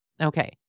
Okay